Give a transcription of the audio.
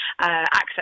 access